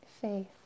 faith